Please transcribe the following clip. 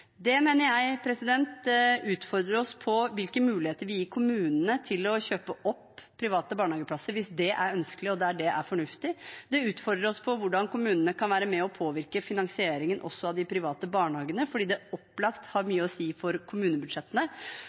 Det mener jeg utfordrer oss på hvilke muligheter vi gir kommunene til å kjøpe opp private barnehageplasser, hvis det er ønskelig, og der det er fornuftig. Det utfordrer oss på hvordan kommunene kan være med og påvirke finansieringen også av de private barnehagene, fordi det opplagt har mye å si for kommunebudsjettene.